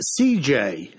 CJ